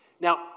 Now